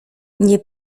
nie